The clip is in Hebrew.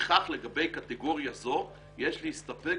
לפיכך לגבי קטגוריה זו יש להסתפק